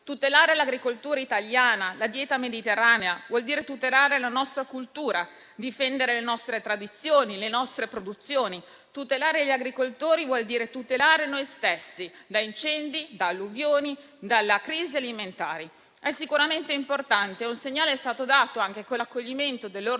Tutelare l'agricoltura italiana e la dieta mediterranea vuol dire tutelare la nostra cultura, difendere le nostre tradizioni e le nostre produzioni; tutelare gli agricoltori vuol dire tutelare noi stessi da incendi, da alluvioni e dalla crisi alimentare. È sicuramente importante. Un segnale è stato dato anche con l'accoglimento dell'ordine